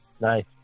Nice